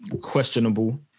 Questionable